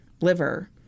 liver